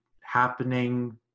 Happening